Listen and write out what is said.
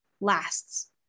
lasts